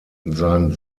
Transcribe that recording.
sein